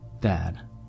Dad